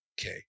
Okay